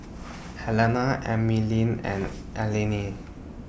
Helena Emeline and Aline